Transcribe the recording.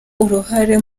uruhare